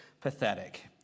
pathetic